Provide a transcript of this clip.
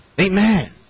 Amen